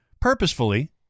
purposefully